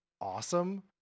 awesome